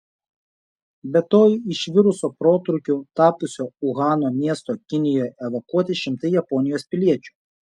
be to iš viruso protrūkiu tapusio uhano miesto kinijoje evakuoti šimtai japonijos piliečių